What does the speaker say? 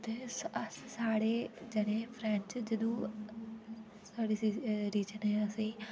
अस अस साढ़े कदे फ्रैंड्स जदू ओ साढ़े रिजन एह् असेई